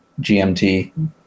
GMT